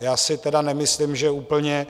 Já si tedy nemyslím, že úplně